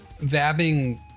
vabbing